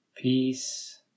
Peace